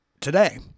today